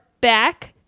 back